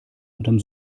unterm